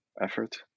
effort